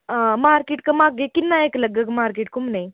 हां मार्केट घम्मागे किन्ना इक लग्गग मार्केट घुम्मने ई